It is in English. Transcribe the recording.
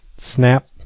Snap